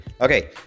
Okay